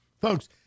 Folks